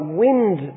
wind